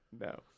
No